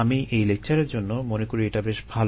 আমি এই লেকচারের জন্য মনে করি এটা বেশ ভালো